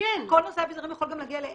כל נושא האביזרים יכול גם להגיע ל1,000